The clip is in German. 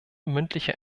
mündliche